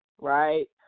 Right